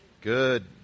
Good